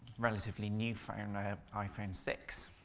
relatively new phone, iphone six,